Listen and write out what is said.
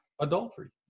adultery